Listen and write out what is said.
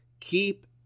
Keep